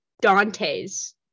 Dante's